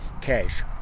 cash